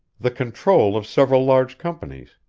the control of several large companies,